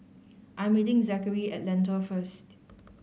I'm meeting Zackery at Lentor first